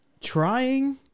trying